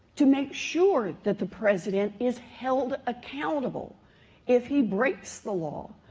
to make sure that the president is held accountable if he breaks the law,